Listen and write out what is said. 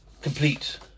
complete